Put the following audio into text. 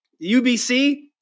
UBC